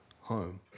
home